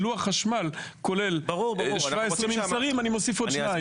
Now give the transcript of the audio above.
לוח חשמל כולל 17 ממסרים ופה אני מוסיף עוד שניים.